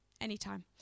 anytime